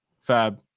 fab